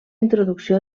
introducció